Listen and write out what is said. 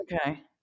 Okay